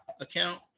account